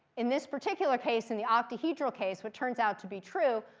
in this particular case, in the octahedral case, what turns out to be true,